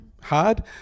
hard